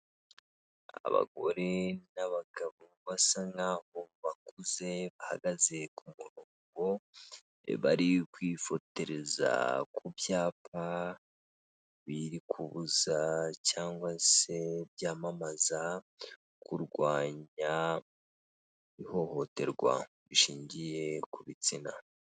Abagore n'abagabo basa nkaho bakuze bahagaze ku murongo bari kwifotereza ku byapa biri kubuza cyangwa se byamamaza kurwanya ihohoterwa rishingiye ku bitsina.